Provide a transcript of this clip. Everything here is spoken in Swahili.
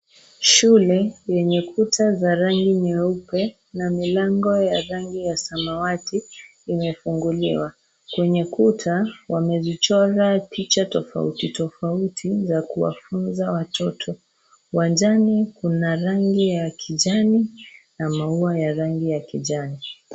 Shule yenye kuta za rangi nyeupe na milango ya rangi ya samawati imefunguliwa. Kwenye kuta wamezichora picha tofauti tofauti za kuwa funza watoto. Uwanjani kuna rangi ya kijani na maua ya rangi ya kijani.